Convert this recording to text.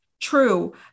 true